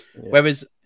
Whereas